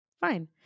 Fine